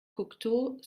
cocteau